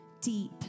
deep